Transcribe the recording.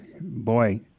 boy